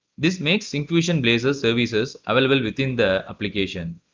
this makes syncfusion blazor services available within the application.